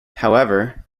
however